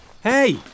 Hey